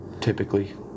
typically